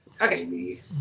okay